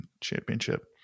championship